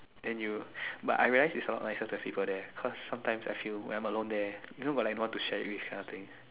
then you but I realize is not nicer to have people there cause sometimes I feel when I'm alone there you know got like no one to share with that kind of thing